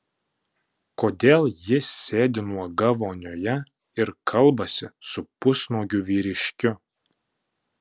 kodėl ji sėdi nuoga vonioje ir kalbasi su pusnuogiu vyriškiu